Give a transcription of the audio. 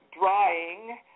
drying